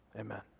Amen